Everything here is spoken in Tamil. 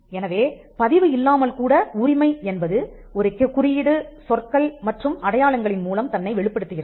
எனவே பதிவு இல்லாமல்கூட உரிமை என்பது ஒரு குறியீடு சொற்கள் மற்றும் அடையாளங்களின் மூலம் தன்னை வெளிப்படுத்துகிறது